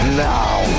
now